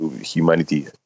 humanity